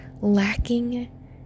lacking